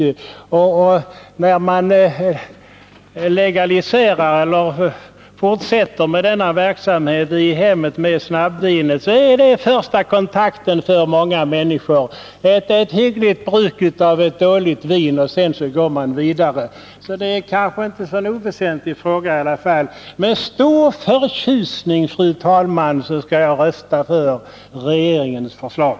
När denna verksamhet legaliseras, när den får fortsätta att förekomma i hemmen blir snabbvinet många människors första kontakt med alkoholdrycker. Den första kontakten är alltså ett hyggligt bruk åv ett dåligt vin, och sedan går man vidare. Detta är således inte en oväsentlig fråga. Med stor förtjusning, fru talman, skall jag rösta för regeringens förslag.